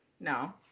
no